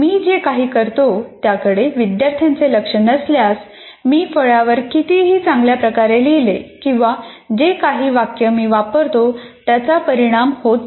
मी जे काही करतो त्याकडे विद्यार्थ्यांचे लक्ष नसल्यास मी फळ्यावर कितीही चांगल्या प्रकारे लिहिले किंवा जे काही वाक्य मी वापरतो त्याचा परिणाम होत नाही